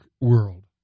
world